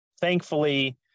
thankfully